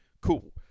Cool